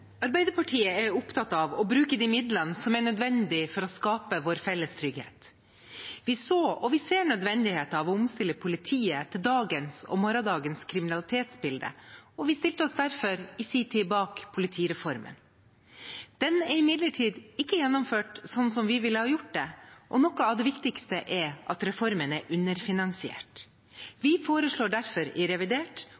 Arbeiderpartiet er opptatt av å bruke de midlene som er nødvendig for å skape vår felles trygghet. Vi så og ser nødvendigheten av å omstille politiet til dagens og morgensdagens kriminalitetsbilde og stilte oss derfor i sin tid bak politireformen. Den er imidlertid ikke gjennomført slik vi ville ha gjort det, og noe av det viktigste er at reformen er underfinansiert.